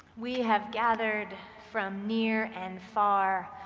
we have gathered from near and far,